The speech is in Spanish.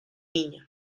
niño